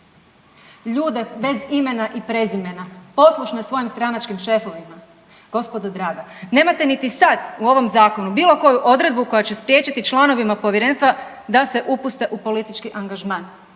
ljude bez imena i prezimena, poslušne svojim stranačkim šefovima? Gospodo draga, nemate niti sad u ovom zakonu bilo koju odredbu koja će spriječiti članovima povjerenstva da se upuste u politički angažman,